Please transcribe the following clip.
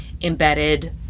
embedded